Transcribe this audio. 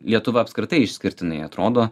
lietuva apskritai išskirtinai atrodo